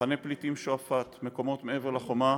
מחנה הפליטים שועפאט, מקומות מעבר לחומה,